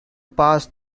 pass